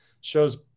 shows